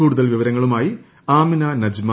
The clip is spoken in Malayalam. കൂടുതൽ വിവരങ്ങളുമായി ആമിന നജ്മ